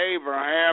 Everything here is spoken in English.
Abraham